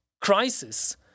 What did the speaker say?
crisis